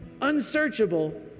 unsearchable